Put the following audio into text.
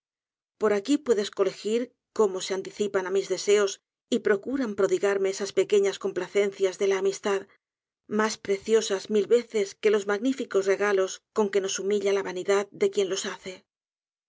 por aquí puedes colegir cómo se anticipan á mis deseos y procuran prodigarme esas pequeñas complacencias de la amistad mas preciosas mil veces que los magníficos regalos con que nos humilla la vanidad de quien los hace